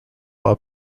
while